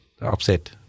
upset